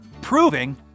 Proving